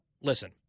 Listen